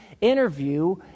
interview